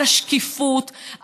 על השקיפות,